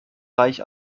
reich